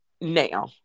now